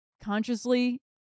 consciously